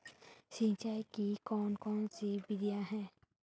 सिंचाई की कौन कौन सी विधियां हैं?